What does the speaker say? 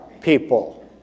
people